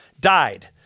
died